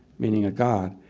meaning a god.